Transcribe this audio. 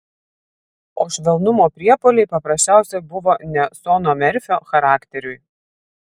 o švelnumo priepuoliai paprasčiausiai buvo ne sono merfio charakteriui